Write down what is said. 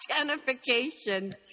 identification